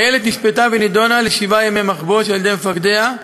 החיילת נשפטה ונידונה לשבעה ימי מחבוש על-ידי מפקדיה.